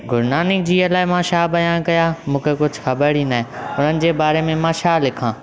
गुरु नानकजीअ लाइ मां छा बयानु कयां मूंखे कुझु ख़बर ई नाहे हुननि जे बारे में मां छा लिखां